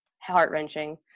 heart-wrenching